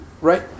right